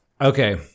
Okay